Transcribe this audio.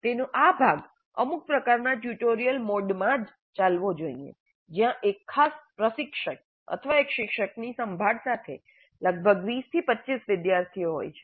તેનો આ ભાગ અમુક પ્રકારના ટ્યુટોરિયલ મોડમાં ચાલવો જ જોઇએ જ્યાં એક ખાસ પ્રશિક્ષક અથવા એક શિક્ષકની સંભાળ સાથે લગભગ 20 થી 25 વિદ્યાર્થીઓ હોય છે